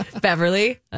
Beverly